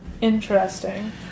Interesting